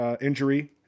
injury